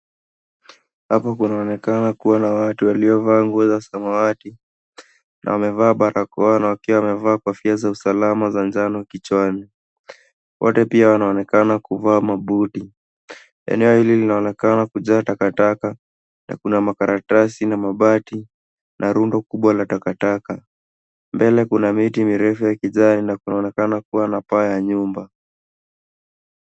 Hapa kunaonekana kuwa na watu walio vaa nguo za samawati na wamevaa barakoa na wakiwa wamevaa kofia za usalama za njano kichwani. Wote pia wanaonekana kuvaa mabuti. Eneo hili linaonekana kujaa takataka na kuna makaratasi na mabati na rundo kubwa la takataka. Mbele kuna miti mirefu ya kijani na kunaonekana kuwa na paa ya nyumba.